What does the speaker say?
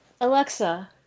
Alexa